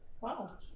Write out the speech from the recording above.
Wow